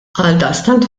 għaldaqstant